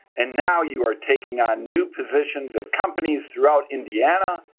and now you are taking on new positions at companies throughout indiana,